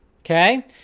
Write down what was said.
Okay